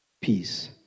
Peace